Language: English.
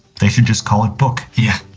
they should just call it book. yeah.